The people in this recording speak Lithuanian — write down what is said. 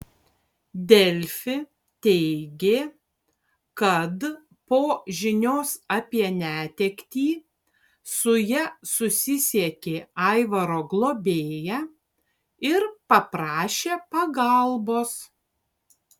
delfi teigė kad po žinios apie netektį su ja susisiekė aivaro globėja ir paprašė pagalbos